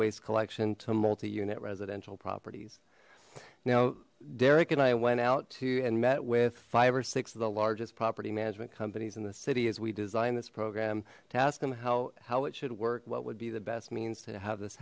waste collection to multi unit residential properties now derrick and i went out to and met with five or six of the largest property management companies in the city as we design this program to ask them how how it should work what would be the best means to have this